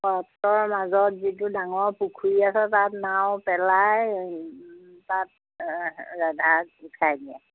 সত্ৰৰ মাজত যিটো ডাঙৰ পুখুৰী আছে তাত নাও পেলাই তাত ৰাধাক উঠাই নিয়ে